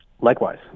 Likewise